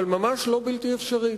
אבל ממש לא בלתי אפשרית,